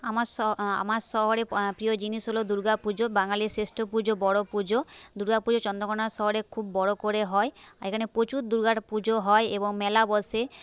আমার আমার শহরে প্রিয় জিনিস হল দুর্গা পুজো বাঙালির শ্রেষ্ঠ পুজো বড় পুজো দুর্গা পুজো চন্দ্রকোনা শহরে খুব বড় করে হয় আর এখানে প্রচুর দুর্গা পুজো হয় এবং মেলা বসে